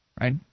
right